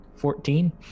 Fourteen